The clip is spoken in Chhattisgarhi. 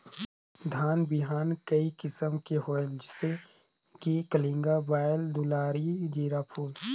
धान बिहान कई किसम के होयल जिसे कि कलिंगा, बाएल दुलारी, जीराफुल?